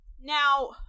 Now